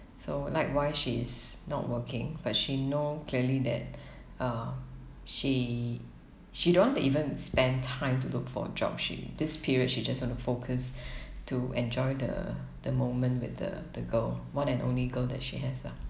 so likewise she is not working but she know clearly that uh she she don't want to even spend time to look for a job she this period she just want to the focus to enjoy the the moment with the the girl one and only girl that she has lah